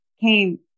came